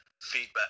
feedback